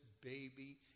baby